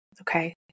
Okay